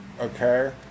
okay